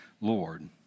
Lord